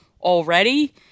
already